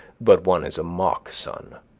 but one is a mock sun.